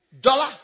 Dollar